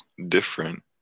different